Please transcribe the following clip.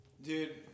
Dude